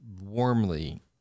warmly